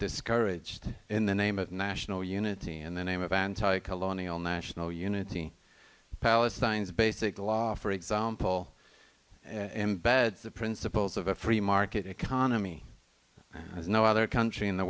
discouraged in the name of national unity in the name of anti colonial national unity palestine's basic law for example an embed the principles of a free market economy as no other country in the